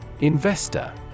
Investor